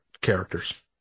characters